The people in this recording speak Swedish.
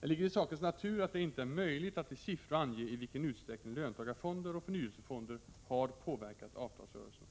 Det ligger i sakens natur att det inte är möjligt att i siffror ange i vilken utsträckning löntagarfonder och förnyelsefonder har påverkat avtalsrörelserna.